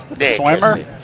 Swimmer